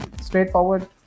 straightforward